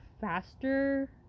faster